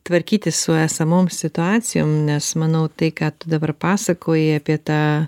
tvarkytis su esamom situacijom nes manau tai ką tu dabar pasakoji apie tą